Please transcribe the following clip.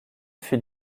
fut